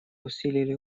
усилили